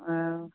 अँ